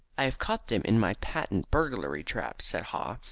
i have caught them in my patent burglar trap, said haw.